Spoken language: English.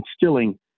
instilling